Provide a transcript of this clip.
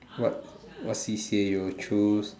what what C_C_A you would choose